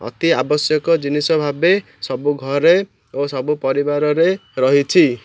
ଅତି ଆବଶ୍ୟକ ଜିନିଷ ଭାବେ ସବୁ ଘରେ ଓ ସବୁ ପରିବାରରେ ରହିଛି